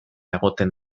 egoten